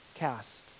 cast